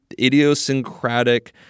idiosyncratic